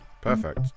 Perfect